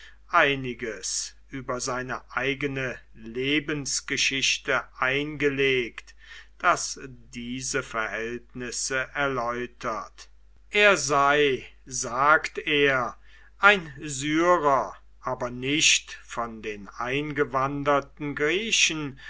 einiges über seine eigene lebensgeschichte eingelegt das diese verhältnisse erläutert er sei sagt er ein syrer aber nicht von den eingewanderten griechen